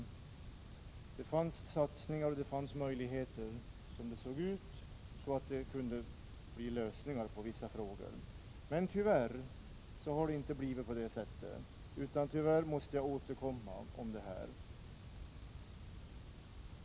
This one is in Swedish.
Det fanns satsningar och det fanns möjligheter, så att det såg ut att kunna åstadkommas lösningar i vissa frågor. Men tyvärr har det inte blivit på det sättet, utan jag måste återkomma om det här.